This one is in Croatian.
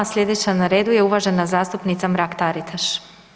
Sljedeća na redu je uvažena zastupnica Mrak Taritaš.